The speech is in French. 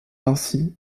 ainsi